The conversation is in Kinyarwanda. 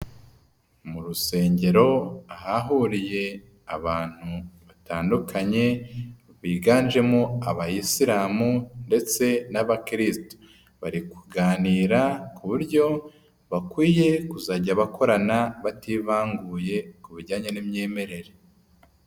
Mu rusengero ahahuriye abantu batandukanye, biganjemo abayisiramu ndetse n'abakirisitu. Bari kuganira ku buryo bakwiye kuzajya bakorana bativanguye ku bijyanye n'imyemerere.